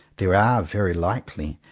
there are, very likely,